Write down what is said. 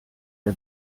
der